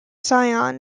cyan